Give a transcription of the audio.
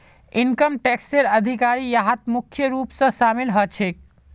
income टैक्सेर अधिकारी यहात मुख्य रूप स शामिल ह छेक